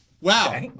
Wow